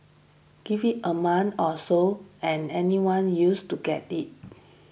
give it a month or so and anyone used to get it